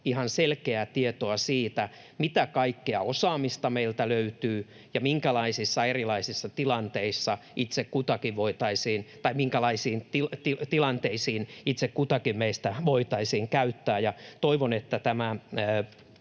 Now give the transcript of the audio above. ihan selkeää tietoa siitä, mitä kaikkea osaamista meiltä löytyy ja minkälaisiin tilanteisiin itse kutakin meistä voitaisiin käyttää. Toivon, että tämä